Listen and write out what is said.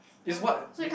it's what make